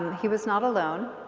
he was not alone,